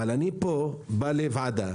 אבל אני פה בא לוועדה